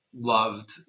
loved